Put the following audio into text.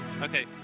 Okay